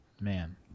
man